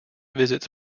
visits